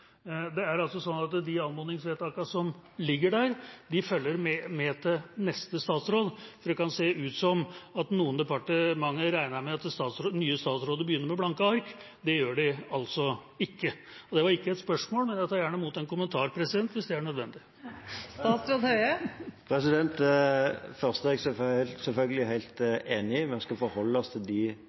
De anmodningsvedtakene som ligger der, følger med til neste statsråd. Det kan se ut som om noen departementer regner med at nye statsråder begynner med blanke ark. Det gjør de altså ikke. Det var ikke et spørsmål, men jeg tar gjerne imot en kommentar, hvis det er nødvendig. Først: Jeg er selvfølgelig helt enig i at vi skal forholde oss til den forretningsordenen som er nå, de